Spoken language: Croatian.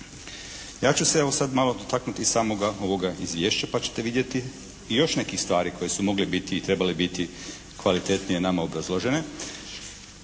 Ja ću se evo sad malo dotaknuti i samoga ovoga izvješća pa ćete vidjeti i još nekih stvari koje su mogle biti i trebale biti kvalitetnije nama obrazložene.